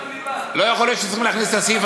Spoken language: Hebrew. לא יכול להיות שצריכים להכניס את הסעיף